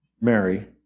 Mary